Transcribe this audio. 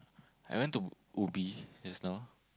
I went to ubi just now